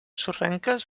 sorrenques